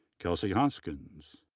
kelsey hoskins,